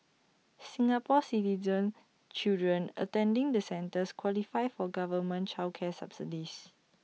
Singapore Citizen children attending the centres qualify for government child care subsidies